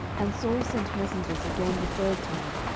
and saul sent messengers again the third time,